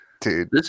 dude